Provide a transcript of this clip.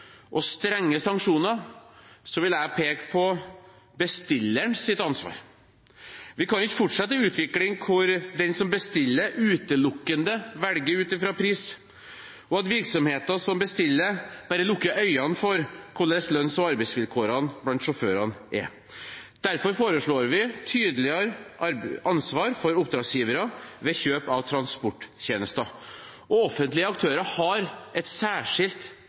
og strenge sanksjoner vil jeg peke på bestillerens ansvar. Vi kan ikke fortsette med en utvikling hvor den som bestiller, utelukkende velger ut fra pris, og at virksomheter som bestiller, bare lukker øynene for hvordan lønns- og arbeidsvilkårene blant sjåførene er. Derfor foreslår vi å ha et tydeligere ansvar for oppdragsgiverne ved kjøp av transporttjenester. Offentlige aktører har et særskilt